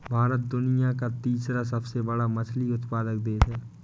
भारत दुनिया का तीसरा सबसे बड़ा मछली उत्पादक देश है